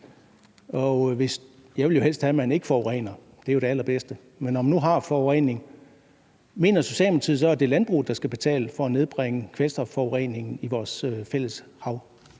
Jeg vil jo helst have, at man ikke forurener – det er jo det allerbedste – men når nu der er sket forurening, mener Socialdemokratiet så, at det er landbruget, der skal betale for at nedbringe kvælstofforureningen i vores fælles hav?